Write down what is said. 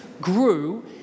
grew